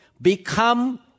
become